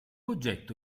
oggetto